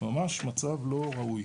ממש מצב לא ראוי.